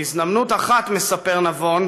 בהזדמנות אחת מספר נבון,